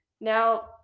Now